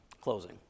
closing